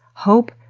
hope?